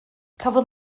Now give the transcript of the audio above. cafodd